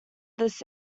this